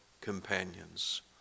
companions